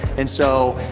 and so,